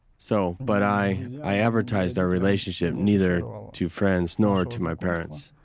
so, but i, i advertised our relationship neither to friends nor to my parents.